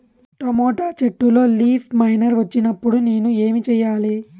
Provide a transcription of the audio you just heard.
Tomato చెట్టులో leaf miner వచ్చినప్పుడు నేను ఏమి చెయ్యాలి?